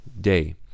day